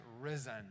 risen